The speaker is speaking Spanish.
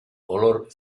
olor